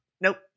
Nope